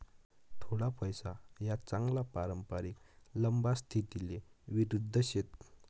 थोडा पैसा या चांगला पारंपरिक लंबा स्थितीले विरुध्द शेत